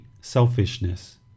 selfishness